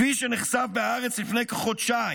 כפי שנחשף בהארץ לפני כחודשיים".